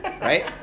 Right